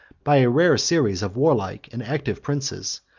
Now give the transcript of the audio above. by a rare series of warlike and active princes,